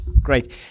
Great